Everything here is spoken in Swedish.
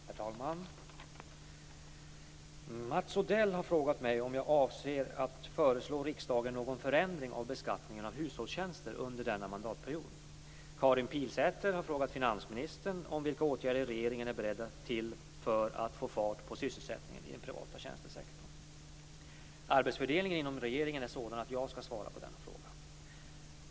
Herr talman! Mats Odell har frågat mig om jag avser att föreslå riksdagen någon förändring av beskattningen av hushållstjänster under denna mandatperiod. Karin Pilsäter har frågat finansministern vilka åtgärder regeringen är beredd till för att få fart på sysselsättningen i den privata tjänstesektorn. Arbetsfördelningen inom regeringen är sådan att jag skall svara på denna fråga.